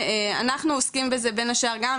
אנחנו עוסקים בזה בין השאר גם,